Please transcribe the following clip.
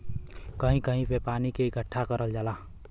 कहीं कहीं पे पानी के इकट्ठा करल जाला